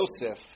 Joseph